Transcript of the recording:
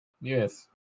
Yes